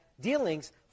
dealings